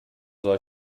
soll